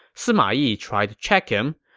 sima yi tried to check him.